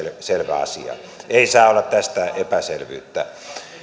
selvä asia ei saa olla tästä epäselvyyttä